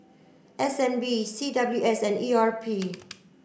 S N B C W S and E R P